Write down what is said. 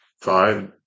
five